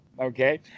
Okay